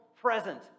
present